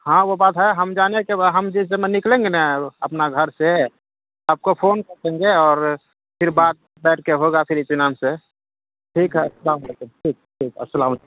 ہاں وہ بات ہے ہم جانے کہ ہم جس سمے نکلیں گے نا اپنا گھر سے آپ کو فون کر دیں گے اور پھر بات کر کے ہوگا پھر اطمینان سے ٹھیک ہے السلام علیکم ٹھیک ٹھیک السلام علیکم